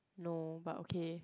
no but okay